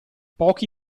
pochi